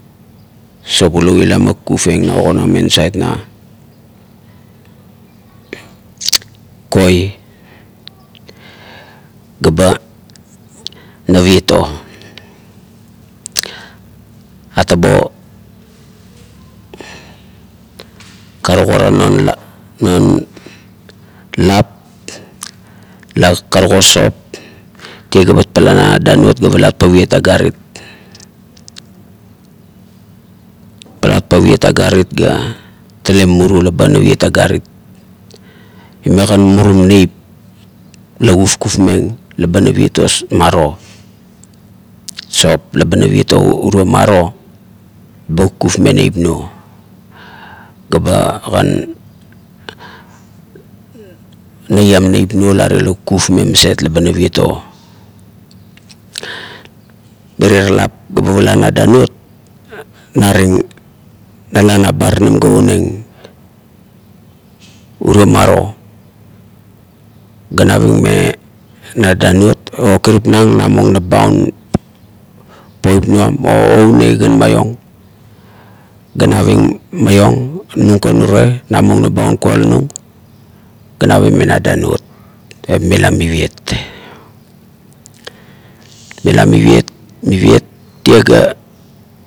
Sop lu ila man kapkufing la ogomeng me nasait na koi ga ba nauriet o. Atabo karuk ara non, non lop la karuk o sop tie ga bat pala na danuot ga pariet agarit. Palat pariet agarit ga talekan mumurie la ba nauriet agarit. Imekan mumurum nuip la ba kufkufmeng la ba naviet o maro sop. Laba naviet o urio maro kufkufmeng neip nuo ga ba kan neiam niep nuo are la kufkufmeng maset la ba naviet o. Mirie lap la ba pala na danuot naring nala na baranim ga umeng urio maro ga naving me na danuot, o kuripnang nabun noba un poip nuam o oumeikan maiong ga naving maiong, nung kan urie, nabung nap ba ua kualo nung, ga naving me na danuot iba mila naviet. Mila miviet, miviet tie ga.